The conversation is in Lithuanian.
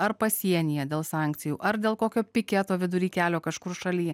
ar pasienyje dėl sankcijų ar dėl kokio piketo vidury kelio kažkur šalyje